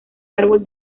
árbol